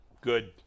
Good